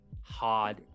hard